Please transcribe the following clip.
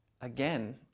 again